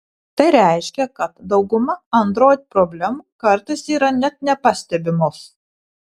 tai reiškia kad dauguma android problemų kartais yra net nepastebimos